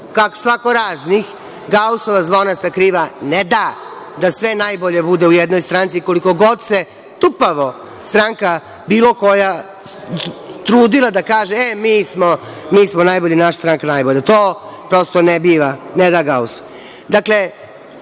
jednako, svakoraznih, Gausova zvonasta kriva ne da da sve najbolje bude u jednoj stranci, koliko god se tupavo stranka, bilo koja, trudila da kaže – e, mi smo najbolji, naša stranka je najbolja. To prosto ne biva, ne da